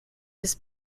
his